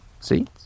See